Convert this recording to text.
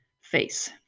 face